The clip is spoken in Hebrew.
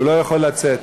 הוא לא יכול לצאת.